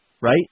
right